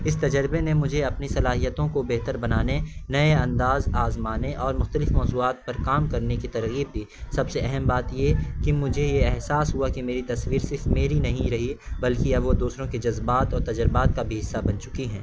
اس تجربے نے مجھے اپنی صلاحیتوں کو بہتر بنانے نئے انداز آزمانے اور مختلف موضوعات پر کام کرنے کی ترغیب دی سب سے اہم بات یہ کہ مجھے یہ احساس ہوا کہ میری تصویر صرف میری نہیں رہی بلکہ اب وہ دوسروں کے جذبات اور تجربات کا بھی حصہ بن چکی ہیں